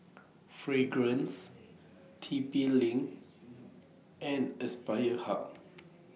Fragrance T P LINK and Aspire Hub